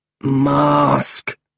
Mask